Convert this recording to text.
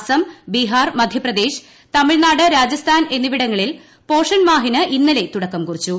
അസം ബീഹാർ മദ്ധ്യപ്രദേശ് തമിഴ്നാട് രാജസ്ഥാൻ എന്നിവിടങ്ങളിൽ പോഷൺമാഹിന് ഇന്നലെ തുടക്കം കുറിച്ചു